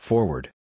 Forward